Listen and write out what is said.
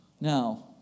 Now